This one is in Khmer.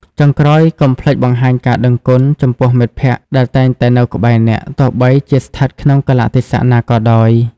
ចុងក្រោយ កុំភ្លេច បង្ហាញការដឹងគុណ ចំពោះមិត្តភក្តិដែលតែងតែនៅក្បែរអ្នក ទោះបីជាស្ថិតក្នុងកាលៈទេសៈណាក៏ដោយ។